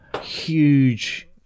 huge